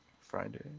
Friday